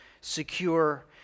secure